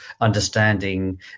understanding